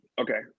okay